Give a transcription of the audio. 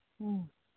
ꯎꯝ